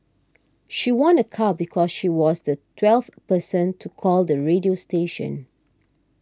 she won a car because she was the twelfth person to call the radio station